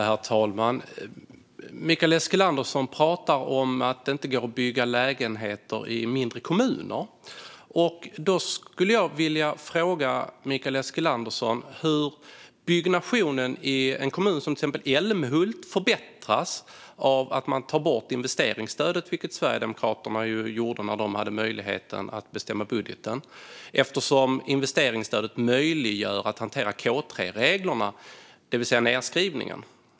Herr talman! Mikael Eskilandersson säger att det inte går att bygga lägenheter i mindre kommuner. Därför vill jag fråga Mikael Eskilandersson hur byggnationen i en kommun som Älmhult förbättras av att man tar bort investeringsstödet, vilket Sverigedemokraterna gjorde när de hade möjlighet att bestämma budgeten. Investeringsstödet möjliggör nämligen att hantera K3-reglerna, det vill säga nedskrivningen.